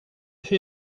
hur